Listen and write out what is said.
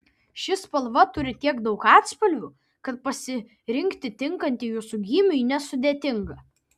ši spalva turi tiek daug atspalvių kad pasirinkti tinkantį jūsų gymiui nesudėtinga